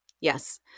Yes